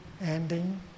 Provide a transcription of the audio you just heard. ending